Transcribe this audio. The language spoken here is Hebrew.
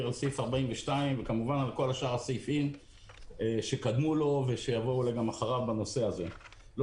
ולגבי כל הסעיפים שקדמו לו ושיבואו אחריו בנושא - לא